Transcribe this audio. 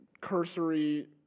cursory